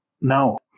No